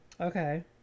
Okay